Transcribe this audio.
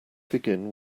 begin